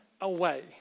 away